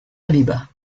abeba